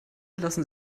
lassen